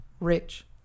rich